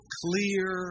clear